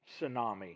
tsunami